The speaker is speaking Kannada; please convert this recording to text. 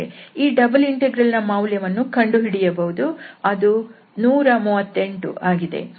ಈ ಡಬಲ್ ಇಂಟೆಗ್ರಲ್ ನ ಮೌಲ್ಯವನ್ನು ಕಂಡುಹಿಡಿಯಬಹುದು ಅದು 138 ಆಗಿದೆ